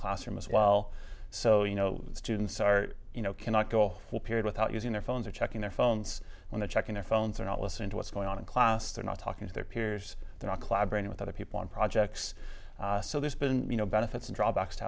classroom as well so you know students are you know cannot go full period without using their phones or checking their phones when they're checking their phones or not listening to what's going on in class they're not talking to their peers they're not collaborating with other people on projects so there's been you know benefits and drawbacks to